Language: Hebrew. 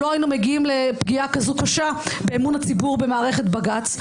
לא היינו מגיעים לפגיעה קשה כזאת באמון הציבור במערכת בג"ץ.